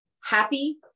happy